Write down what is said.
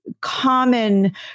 common